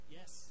Yes